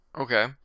Okay